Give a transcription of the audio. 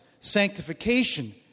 sanctification